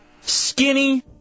skinny